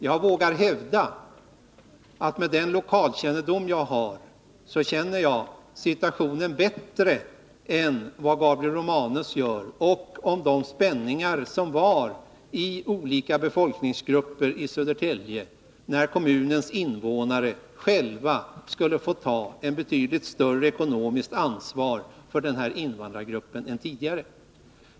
Jag vågar hävda att med den lokalkännedom som jag har känner jag situationen bättre än Gabriel Romanus och känner till de spänningar som var inom olika befolkningsgrupper i Södertälje när kommunens invånare själva skulle få ta betydligt större ekonomiskt ansvar för den här invandrargruppen än tidigare.